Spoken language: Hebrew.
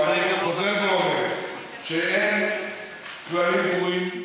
אבל אני חוזר ואומר שאין כללים קבועים.